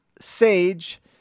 sage